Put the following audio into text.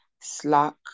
Slack